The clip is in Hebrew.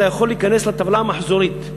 אתה יכול להיכנס לטבלה המחזורית,